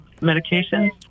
medication